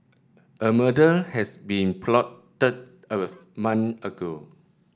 a murder has been plotted month ago